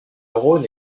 rhône